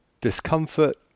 discomfort